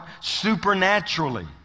supernaturally